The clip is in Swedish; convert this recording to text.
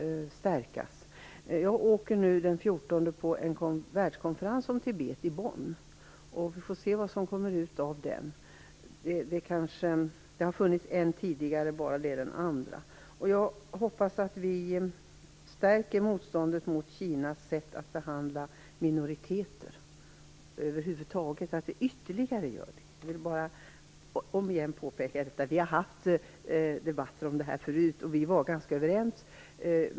Jag åker till Bonn den 14 juni för att bevista en världskonferens om Tibet. Vi får se vad som kommer ut av den. Det har tidigare hållits en konferens och detta är den andra. Jag hoppas att vi ytterligare kan stärka motståndet mot Kinas sätt att behandla minoriteter. Vi har tidigare haft debatter om detta, och vi var ganska överens.